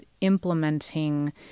implementing